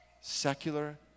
Secular